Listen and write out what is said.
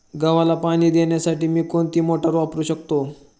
गव्हाला पाणी देण्यासाठी मी कोणती मोटार वापरू शकतो?